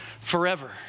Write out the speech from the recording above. forever